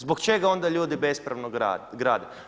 Zbog čega onda ljudi bespravno grade?